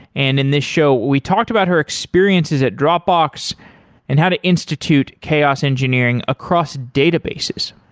and in this show we talked about her experiences at dropbox and how to institute chaos engineering across databases.